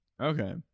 okay